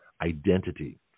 identity